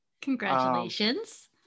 Congratulations